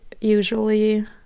usually